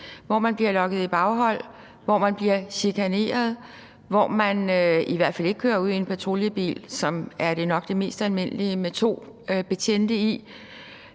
hvor man bliver lokket i baghold, hvor man bliver chikaneret, og hvor man i hvert fald ikke kører ud i en patruljebil med kun to betjente i,